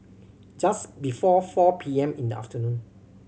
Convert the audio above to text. just before four P M in the afternoon